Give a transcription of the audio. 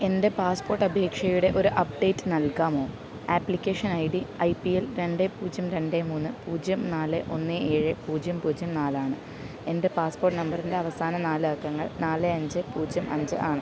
എൻ്റെ പാസ്പോട്ട് അപേക്ഷയുടെ ഒരു അപ്ഡേറ്റ് നൽകാമോ application I D I P L രണ്ട് പൂജ്യം രണ്ട് മൂന്ന് പൂജ്യം നാല് ഒന്ന് ഏഴ് പൂജ്യം പൂജ്യം നാലാണ് എൻ്റെ പാസ്പോട്ട് നമ്പറിൻ്റെ അവസാന നാലക്കങ്ങൾ നാല് അഞ്ച് പൂജ്യം അഞ്ച് ആണ്